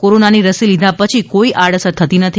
કોરોનાની રસી લીધા પછી કોઈ આડઅસર થતી જ નથી